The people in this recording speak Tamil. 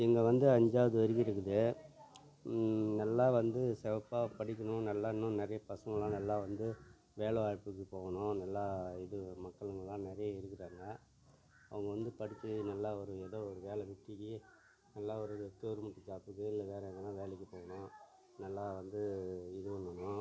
இங்கே வந்து அஞ்சாவது வரைக்கும் இருக்குது நல்லா வந்து சிறப்பாக படிக்கணும் நல்லா இன்னும் நிறையா பாசங்கள்லாம் நல்லா வந்து வேலைவாய்ப்புக்கு போகணும் நல்லா இது மக்களுங்கள்லாம் நிறைய இருக்கிறாங்க அவங்க வந்து படிச்சி நல்லா ஒரு ஏதோ ஒரு வேலைவெட்டிக்கி நல்லா ஒரு கவர்மெண்ட் ஜாப்புக்கு இல்லை வேறு எதன்னா வேலைக்கி போகணும் நல்லா வந்து இது பண்ணணும்